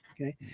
Okay